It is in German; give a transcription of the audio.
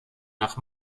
nach